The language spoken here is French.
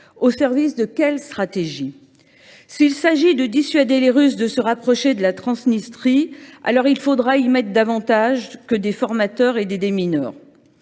Au service de quelle stratégie ? S’il s’agit de dissuader les Russes de se rapprocher de la Transnistrie, alors il faudra y consacrer davantage que des formateurs et des démineurs.